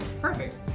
Perfect